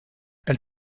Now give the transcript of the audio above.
elle